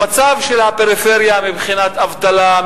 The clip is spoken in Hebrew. המצב של הפריפריה מבחינת אבטלה,